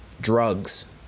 Drugs